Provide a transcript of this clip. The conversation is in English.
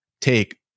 take